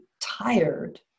tired